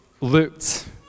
looked